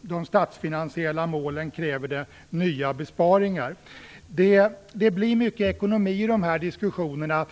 de statsfinansiella målen krävs det nya besparingar. Det blir mycket ekonomi i dessa diskussioner.